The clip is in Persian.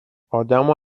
آدمو